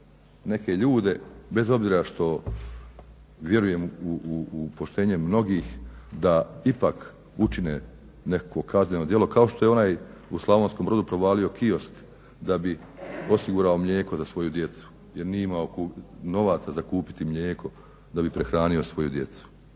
neke ljude bez obzira što vjerujem u poštenje mnogih da ipak učine nekakvo kazneno djelo kao što je ona u Slavonskom Brodu provalio kiosk da bi osigurao mlijeko za svoju djecu, jer nije imao novaca za kupiti mlijeko za prehraniti svoju djecu.